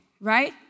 right